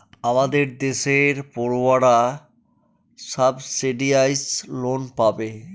আমাদের দেশের পড়ুয়ারা সাবসিডাইস লোন পাবে